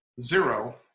zero